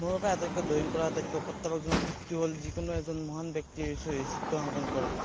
মোৰ বাবে আটাইতকৈ ড্ৰয়িং কৰাৰ আটাইতকৈ প্ৰত্যাহ্বানজনক দিশটো হ'ল যিকোনো এজন মহান ব্যক্তিৰ চিত্ৰ অংকন কৰা